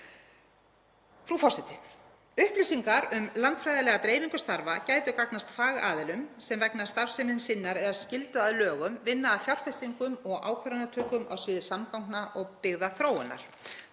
Frú forseti. Upplýsingar um landfræðilega dreifingu starfa gætu gagnast fagaðilum sem vegna starfsemi sinnar, eða skyldu að lögum, vinna að fjárfestingum og ákvarðanatöku á sviði samgangna og byggðaþróunar.